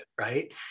right